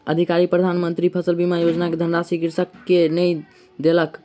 अधिकारी प्रधान मंत्री फसल बीमा योजना के धनराशि कृषक के नै देलक